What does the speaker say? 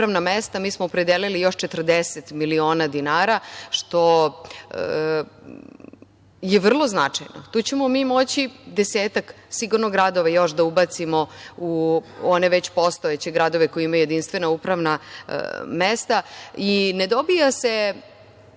mi smo opredelili još 40 miliona dinara, što je vrlo značajno. Tu ćemo mi moći desetak sigurno gradova još da ubacimo u one već postojeće gradove koji imaju jedinstvena upravna mesta i ne dobija se